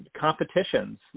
competitions